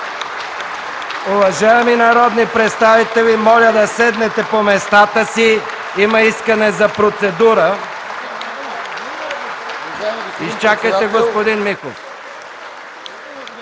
Уважаеми народни представители, моля да седнете по местата си. Има искане за процедура. Господин Михов,